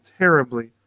terribly